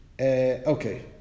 okay